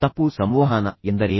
ತಪ್ಪು ಸಂವಹನ ಎಂದರೇನು